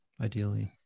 ideally